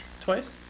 twice